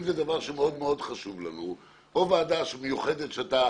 אם זה דבר שמאוד חשוב לנו, או ועדה מיוחדת שאתה